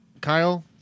Kyle